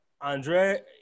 Andre